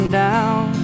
down